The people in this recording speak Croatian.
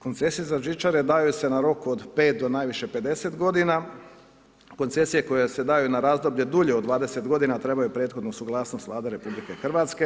Koncesije za žičare daju se na rok od 5 do najviše 50 godina, koncesije koje se daju na razdoblje dulje od 20 godina trebaju prethodnu suglasnost Vlade RH.